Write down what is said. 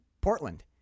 Portland